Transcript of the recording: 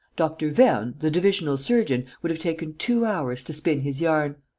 dr. vernes, the divisional surgeon, would have taken two hours to spin his yarn!